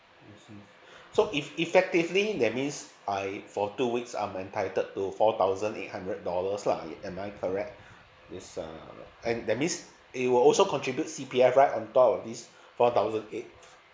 I see so if effectively that means I for two weeks I'm entitled to four thousand eight hundred dollars lah it am I correct it's uh and that means they will also contributes C_P_F right on top of this four thousand eight